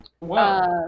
Wow